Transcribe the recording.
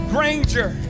Granger